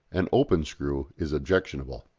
an open screw is objectionable.